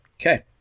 Okay